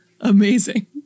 Amazing